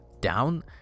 Down